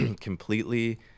completely